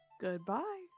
Goodbye